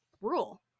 rule